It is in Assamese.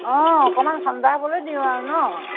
অ' অকণমান ঠাণ্ডা হ'বলৈ দিওঁ আৰু ন